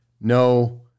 No